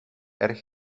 erg